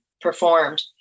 performed